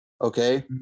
Okay